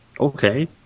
Okay